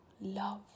love